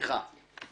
אחד.